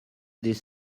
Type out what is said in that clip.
this